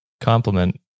compliment